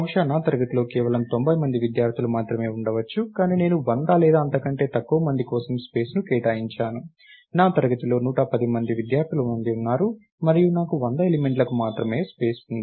బహుశా నా తరగతిలో కేవలం 90 మంది విద్యార్థులు మాత్రమే ఉండవచ్చు కానీ నేను 100 లేదా అంతకంటే తక్కువ మంది కోసం స్పేస్ ను కేటాయించాను నా తరగతిలో 110 మంది విద్యార్థులు ఉన్నారు మరియు నాకు 100 ఎలిమెంట్లకు మాత్రమే స్పేస్ ఉంది